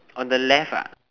on the left ah